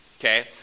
Okay